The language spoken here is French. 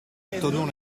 thonon